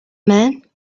men